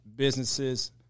businesses